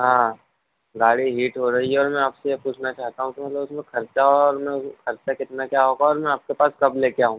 हाँ गाड़ी हीट हो रही है और मैं आपसे ये पूछना चाहता हूँ कि मतलब उसमें खर्चा और ना वो खर्चा कितना क्या होगा और मैं आपके पास कब लेके आऊँ